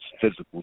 physical